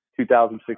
2016